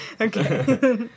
Okay